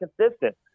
consistent